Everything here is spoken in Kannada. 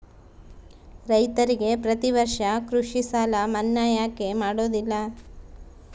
ರೈತರಿಗೆ ಪ್ರತಿ ವರ್ಷ ಕೃಷಿ ಸಾಲ ಮನ್ನಾ ಯಾಕೆ ಮಾಡೋದಿಲ್ಲ?